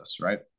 right